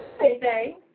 Hey